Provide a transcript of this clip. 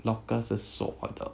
lockers 是锁的